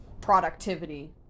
productivity